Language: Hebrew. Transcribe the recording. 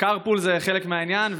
קארפול זה חלק מהעניין,